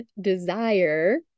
desire